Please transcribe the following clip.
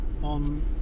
on